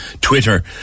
Twitter